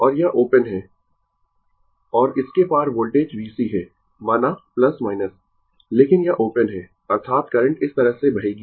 और यह ओपन है और इसके पार वोल्टेज VC है माना लेकिन यह ओपन है अर्थात करंट इस तरह से बहेगी